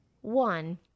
one-